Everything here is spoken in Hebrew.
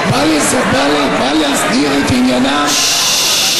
אני חיילת שלך בצבא הזה של האיחוד הלאומי,